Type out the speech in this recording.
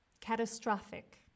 Catastrophic